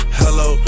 hello